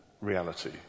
reality